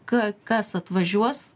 ka kas atvažiuos